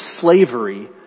slavery